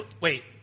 Wait